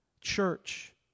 Church